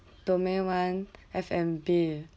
domain one F&B